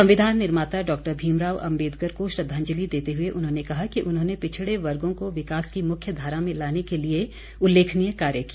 संविधान निर्माता डॉक्टर भीमराव अम्बेदकर को श्रद्वांजलि देते हुए उन्होंने कहा कि उन्होंने पिछड़े वर्गों को विकास की मुख्य धारा में लाने के लिए उल्लेखनीय कार्य किया